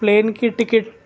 plane کی ticket